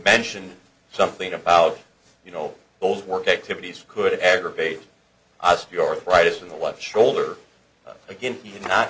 mention something about you know old work activities could aggravate osteoarthritis in the left shoulder again you